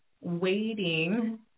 waiting